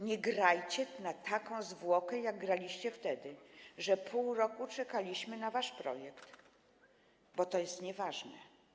Nie grajcie na zwłokę, jak graliście wtedy, że pół roku czekaliśmy na wasz projekt, bo to jest nieważne.